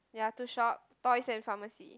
ya to shop toys and pharmacy